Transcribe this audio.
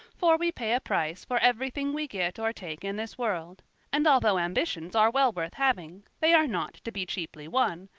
for we pay a price for everything we get or take in this world and although ambitions are well worth having, they are not to be cheaply won,